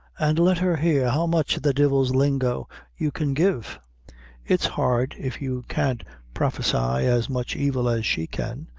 and let her hear how much of the divil's lingo you can give it's hard, if you can't prophesy as much evil as she can.